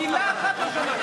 מלה אחת לא שמעתי.